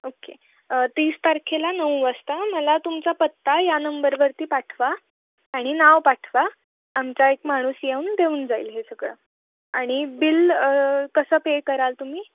okay तीस तारखेला नऊ वाजता मला तुमचा पत्ता या नंबरवरती पाठवा आणि नाव पाठवा आमचा एक माणूस येऊन देऊन जाईल हे सगळं आणि बिल कसं पे कराल तुम्ही